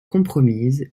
compromise